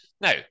Now